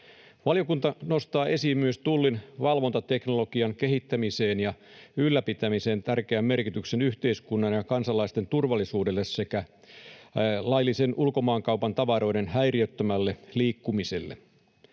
Valiokunta nostaa esiin myös tullin valvontateknologian kehittämisen ja ylläpitämisen tärkeän merkityksen yhteiskunnan ja kansalaisten turvallisuudelle sekä laillisen ulkomaankaupan tavaroiden häiriöttömälle liikkumiselle.